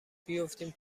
بیفتیم